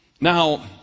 Now